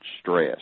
stress